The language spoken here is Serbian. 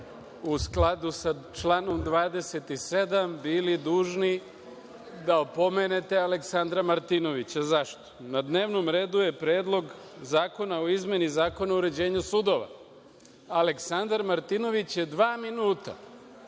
u skladu sa članom 27. bili dužni da opomenete Aleksandra Martinovića. Zašto? Na dnevnom redu je Predlog zakona o izmeni Zakona o uređenju sudova. Aleksandar Martinović je dva minuta